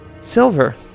Silver